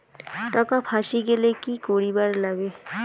টাকা ফাঁসি গেলে কি করিবার লাগে?